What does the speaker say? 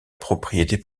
propriété